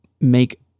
make